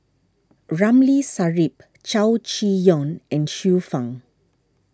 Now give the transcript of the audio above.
Ramli Sarip Chow Chee Yong and Xiu Fang